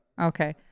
okay